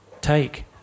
take